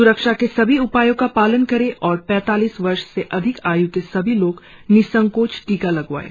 स्रक्षा के सभी उपायों का पालन करें और पैतालीस वर्ष से अधिक आयु के सभी लोग निसंकोच टीका लगवाएं